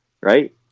right